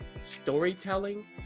storytelling